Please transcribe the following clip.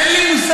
אין לי מושג.